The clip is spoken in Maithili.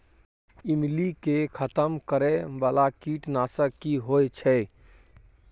ईमली के खतम करैय बाला कीट नासक की होय छै?